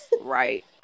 Right